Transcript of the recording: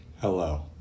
Hello